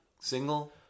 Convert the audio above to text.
Single